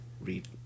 read